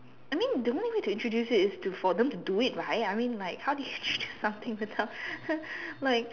I mean the only way to introduce it is to for them do it right I mean like how do you introduce something without like